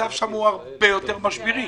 המצב שם הרבה יותר משברי.